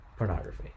Pornography